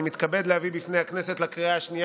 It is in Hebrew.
אני מתכבד להביא בפני הכנסת לקריאה השנייה